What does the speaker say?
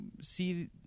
see